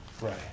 Right